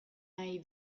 nahi